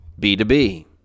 B2B